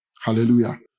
Hallelujah